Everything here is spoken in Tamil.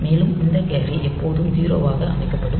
மேலும் இந்த கேரி எப்போதும் 0 ஆக அமைக்கப்படும்